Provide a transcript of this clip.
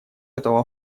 этого